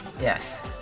yes